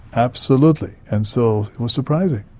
absolutely. and so it was surprising.